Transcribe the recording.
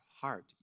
heart